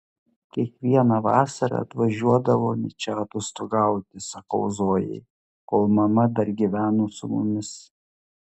kiekvieną vasarą atvažiuodavome čia atostogauti sakau zojai kol mama dar gyveno su mumis